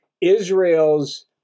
Israel's